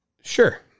Sure